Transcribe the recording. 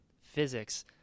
physics